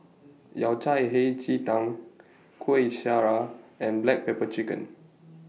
Yao Cai Hei Ji Tang Kuih Syara and Black Pepper Chicken